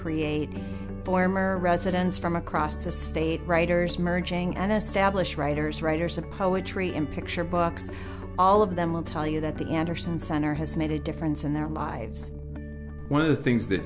create former presidents from across the state writers merging and established writers writers of poetry in picture books all of them will tell you that the anderson center has made a difference in their lives one of the things that